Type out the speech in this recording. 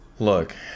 Look